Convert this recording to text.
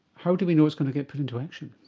how do we know it's going to get put into action?